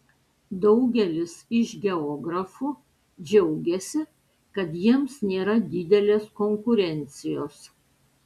daugelis iš geografų džiaugiasi kad jiems nėra didelės konkurencijos